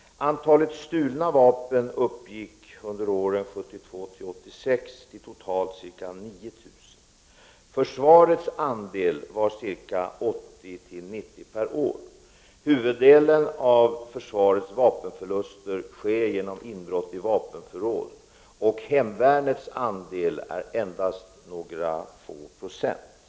Antalet stulna vapen uppgick under åren 1972-1986 till totalt ca 9 000. Försvarets andel var 80-90 per år. Huvuddelen av försvarets vapenförluster sker genom inbrott i vapenförråd. Hemvärnets andel av de stulna vapnen är endast några få procent.